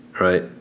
right